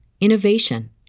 innovation